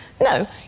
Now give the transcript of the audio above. no